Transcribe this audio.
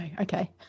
okay